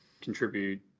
contribute